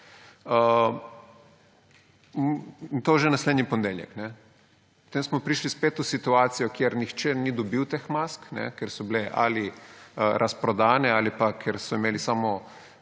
to že naslednji ponedeljek. Potem smo prišli spet v situacijo, kjer nihče ni dobil teh mask, ker so bile ali razprodane ali pa ker so imeli smo